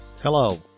Hello